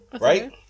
Right